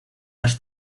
las